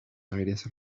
aires